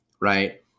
Right